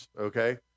okay